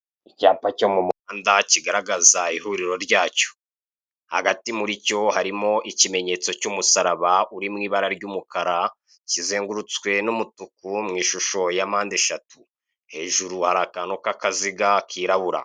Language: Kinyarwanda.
Icyapa cyo mu muhanda kigaragaza ihuriro ryacyo, hagati muri cyo harimo ikimenyetso cy'umusaraba uri mu ibara ry'umukara, kizengurutswe n'umutuku mu ishusho ya mpande eshatu, hejuru hari akantu k'akaziga kirabura.